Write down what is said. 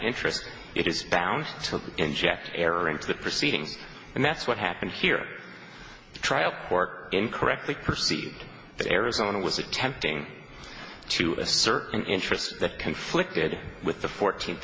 interest it is bound to inject error into the proceedings and that's what happened here the trial court in correctly perceived arizona was attempting to a certain interest that conflicted with the fourteenth